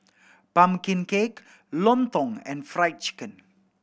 pumpkin cake lontong and Fried Chicken